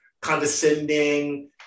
condescending